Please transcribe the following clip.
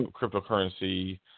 cryptocurrency